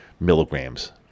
milligrams